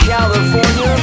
California